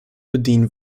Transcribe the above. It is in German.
bedienen